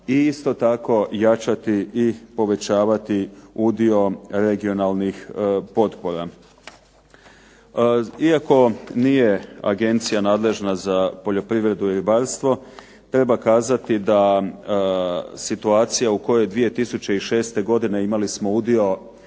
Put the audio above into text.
i isto tako jačati i povećavati udio regionalnih potpora. Iako nije agencija nadležna za poljoprivredu i ribarstvo treba kazati da situacija u kojoj 2006. godine imali smo udio